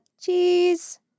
Cheese